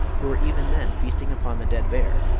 who were even then feasting upon the dead bear,